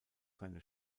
seine